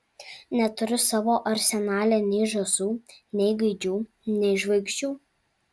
neturiu savo arsenale nei žąsų nei gaidžių nei žvaigždžių